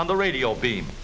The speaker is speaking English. on the radio beam